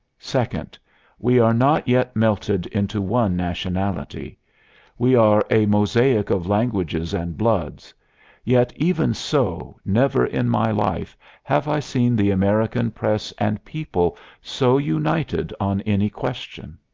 second we are not yet melted into one nationality we are a mosaic of languages and bloods yet, even so, never in my life have i seen the american press and people so united on any question.